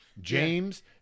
James